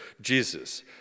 Jesus